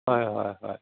হয় হয় হয়